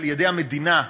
מטעם המדינה,